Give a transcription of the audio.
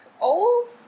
old